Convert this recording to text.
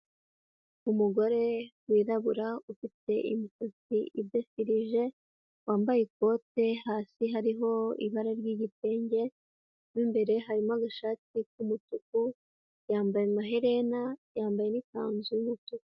Umugore wirabura ufite imisatsi idefirije, wambaye ikote hasi hariho ibara ry'igitenge, mo imbere harimo agashati k'umutuku, yambaye amaherena yambaye n'ikanzu y'umutuku.